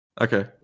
okay